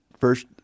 first